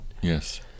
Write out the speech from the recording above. Yes